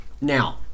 Now